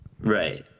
right